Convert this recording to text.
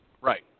Right